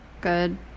good